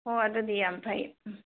ꯑꯣ ꯑꯗꯨꯗꯤ ꯌꯥꯝ ꯐꯩ